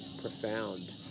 profound